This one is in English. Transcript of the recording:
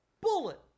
bullet